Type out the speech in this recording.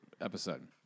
episode